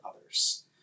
others